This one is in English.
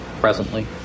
Presently